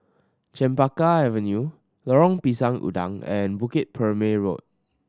Chempaka Avenue Lorong Pisang Udang and Bukit Purmei Road